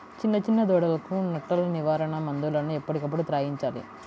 చిన్న చిన్న దూడలకు నట్టల నివారణ మందులను ఎప్పటికప్పుడు త్రాగించాలి